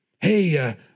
hey